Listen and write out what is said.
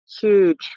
huge